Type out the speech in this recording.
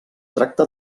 tracta